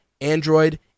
Android